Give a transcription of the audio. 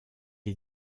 est